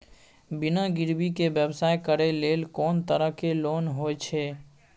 बिना गिरवी के व्यवसाय करै ले कोन तरह के लोन होए छै?